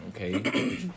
Okay